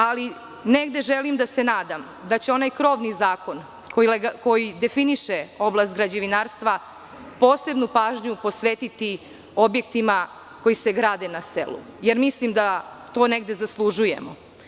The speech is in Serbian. Ali, negde želim da se nadam da će onaj krovni zakon, koji definiše oblast građevinarstva, posebnu pažnju posvetiti objektima koji se grade na selu, jer mislim da to negde zaslužujemo.